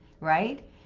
right